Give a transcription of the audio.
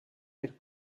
per